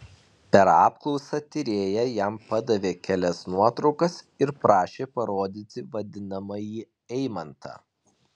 per apklausą tyrėja jam padavė kelias nuotraukas ir prašė parodyti vadinamąjį eimantą